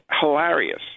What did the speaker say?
hilarious